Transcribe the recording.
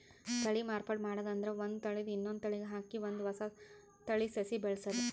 ತಳಿ ಮಾರ್ಪಾಡ್ ಮಾಡದ್ ಅಂದ್ರ ಒಂದ್ ತಳಿದ್ ಇನ್ನೊಂದ್ ತಳಿಗ್ ಹಾಕಿ ಒಂದ್ ಹೊಸ ತಳಿ ಸಸಿ ಬೆಳಸದು